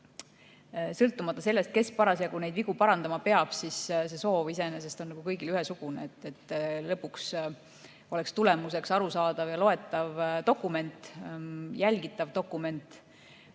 sõltumata sellest, kes parasjagu neid vigu parandama peab, see soov iseenesest on kõigil ühesugune, et lõpuks oleks tulemuseks arusaadav ja loetav dokument, jälgitav dokument.